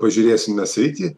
pažiūrėsime sritį